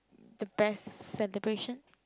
the best celebration